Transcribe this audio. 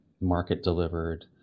market-delivered